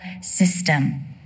system